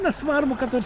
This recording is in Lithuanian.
nesvarbu kad ar